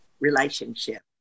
relationship